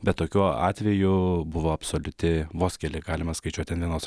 bet tokių atvejų buvo absoliuti vos keli galima skaičiuoti ant vienos